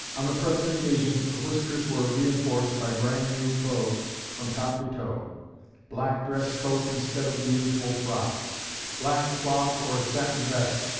on the present occasion the whiskers were reinforced by brand-new clothes from top to toe black dress coat instead of the usual frock black cloth or satin vest,